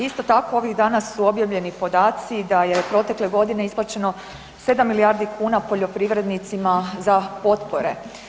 Isto tako ovih danas u objavljeni podaci da je protekle godine isplaćeno 7 milijardi kuna poljoprivrednicima za potpore.